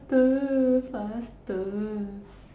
faster faster